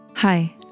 Hi